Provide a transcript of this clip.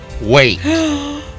wait